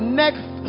next